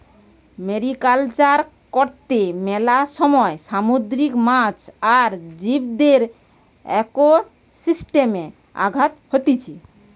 mariculture কর্তে মেলা সময় সামুদ্রিক মাছ আর জীবদের একোসিস্টেমে আঘাত হতিছে